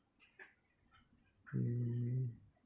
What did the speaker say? mm